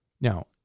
Now